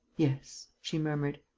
yes, she murmured,